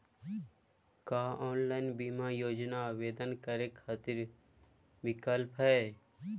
का ऑनलाइन बीमा योजना आवेदन करै खातिर विक्लप हई?